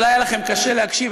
אולי היה קשה לכם להקשיב.